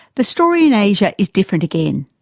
the story in asia is different again.